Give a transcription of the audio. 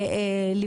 מה הדחיפות?